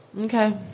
Okay